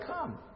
come